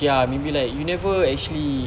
okay ah maybe like you never actually